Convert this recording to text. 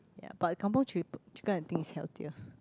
ya but the kampung chi~ chicken I think is healthier